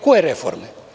Koje reforme?